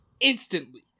instantly